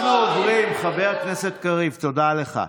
חבר הכנסת קריב, תודה לך.